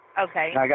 Okay